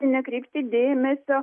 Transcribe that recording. nekreipti dėmesio